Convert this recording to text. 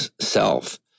self